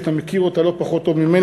שאתה מכיר אותה לא פחות טוב ממני,